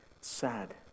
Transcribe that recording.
Sad